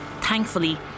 Thankfully